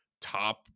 top